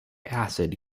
acid